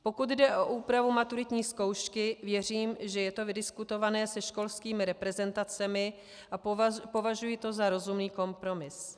Pokud jde o úpravu maturitní zkoušky, věřím, že je to vydiskutované se školskými reprezentacemi, a považuji to za rozumný kompromis.